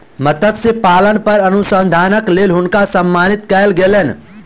मत्स्य पालन पर अनुसंधानक लेल हुनका सम्मानित कयल गेलैन